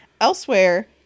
Elsewhere